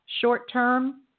short-term